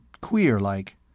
queer-like